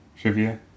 trivia